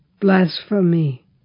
blasphemy